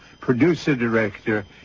producer-director